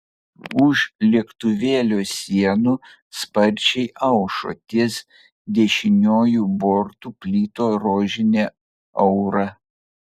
už lėktuvėlio sienų sparčiai aušo ties dešiniuoju bortu plito rožinė aura